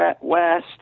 west